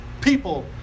people